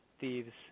Thieves